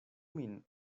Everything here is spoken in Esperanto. min